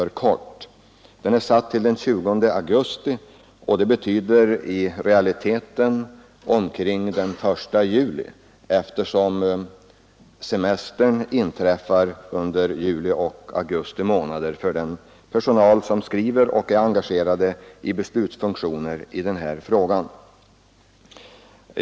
Remisstiden utgår den 20 augusti, vilket i realiteten betyder omkring den 1 juli, eftersom semestern inträffar under juli och augusti månader för de personer, såväl kanslipersonal som beslutsfattare, som är engagerade i denna fråga.